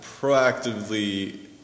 proactively